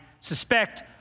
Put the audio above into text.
suspect